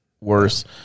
worse